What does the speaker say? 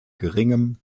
geringem